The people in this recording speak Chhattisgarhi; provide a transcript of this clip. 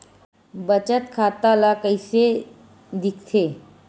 बचत खाता ला कइसे दिखथे?